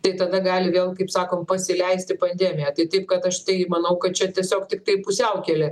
tai tada gali vėl kaip sakom pasileisti pandemija tai taip kad aš tai manau kad čia tiesiog tiktai pusiaukelė